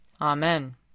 Amen